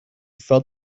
felt